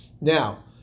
Now